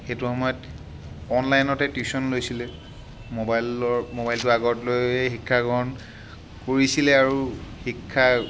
সেইটো সময়ত অনলাইনৰ পৰা টিউছন লৈছিলে মোবাইলৰ মোবাইলটো আগত লৈ শিক্ষাগ্ৰহণ কৰিছিলে আৰু শিক্ষাৰ